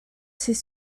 ses